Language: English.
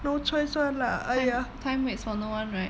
ti~ time waits for no one right